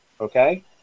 Okay